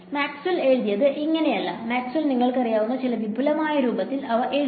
Maxwell എഴുതിയത് ഇങ്ങനെയല്ല Maxwell നിങ്ങൾക്കറിയാവുന്ന ചില വിപുലമായ രൂപത്തിൽ അവ എഴുതി